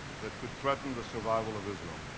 that could threaten the survival of israel.